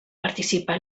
participar